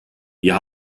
wir